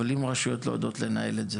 אבל אם רשויות לא יודעות לנהל את זה?